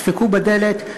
תדפקו בדלת,